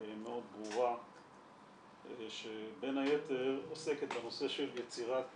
מאוד ברורה שבין היתר עוסקת בנושא של יצירת